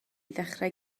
ddechrau